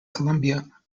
columbia